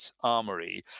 armory